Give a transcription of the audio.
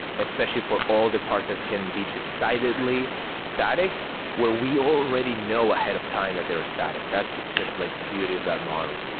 especially for all the parts that can be decidedly static where we already know ahead of time that they're static. that's just like the beauty of that model.